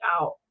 out